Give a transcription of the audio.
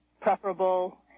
preferable